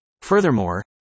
Furthermore